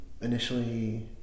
initially